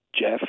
Jeff